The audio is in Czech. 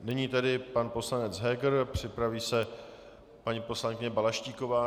Nyní tedy pan poslanec Heger, připraví se paní poslankyně Balaštíková.